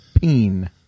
Peen